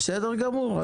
בסדר גמור.